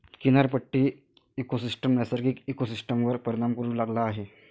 किनारपट्टी इकोसिस्टम नैसर्गिक इकोसिस्टमवर परिणाम करू लागला आहे